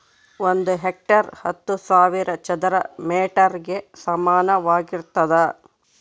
ಒಂದು ಹೆಕ್ಟೇರ್ ಹತ್ತು ಸಾವಿರ ಚದರ ಮೇಟರ್ ಗೆ ಸಮಾನವಾಗಿರ್ತದ